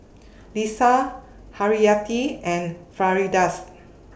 Lisa Haryati and Firdaus